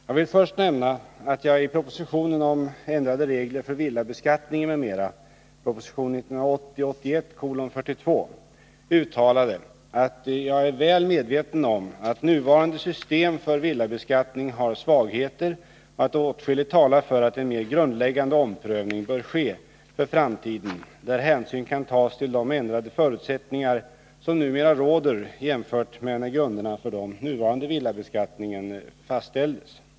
Jag vill först nämna att jag i propositionen om ändrade regler för villabeskattningen, m.m. uttalade att jag är väl medveten om att nuvarande system för villabeskattning har svagheter och att åtskilligt talar för att en mer grundläggande omprövning bör ske för framtiden där hänsyn kan tas till de ändrade förutsättningar som numera råder jämfört med när grunderna för den nuvarande villabeskattningen fastställdes.